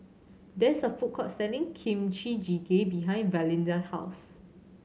there is a food court selling Kimchi Jjigae behind Valinda house